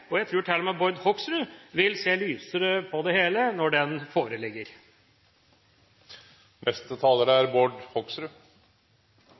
Jeg tror til og med Bård Hoksrud vil se lysere på det hele når meldinga foreligger.